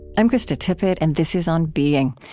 i'm krista tippett and this is on being.